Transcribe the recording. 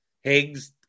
Higgs